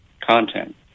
content